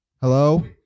Hello